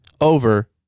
over